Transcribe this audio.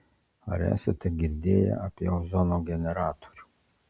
ar esate girdėję apie ozono generatorių